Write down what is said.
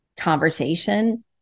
conversation